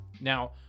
Now